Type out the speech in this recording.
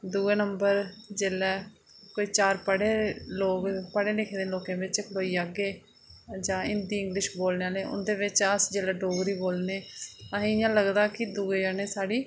दूआ नंबर जिसलै कोई चार पढ़े दे लोग पढ़े लिखे दे लोकें बिच्च खड़ोई जाह्गे जां हिन्दी इंगलिश बोलने आह्ले जिसलै अस उंदे च डगरी बोलने असेंगी इयां लगदा कि दूआ जने साढ़ी